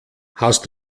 hast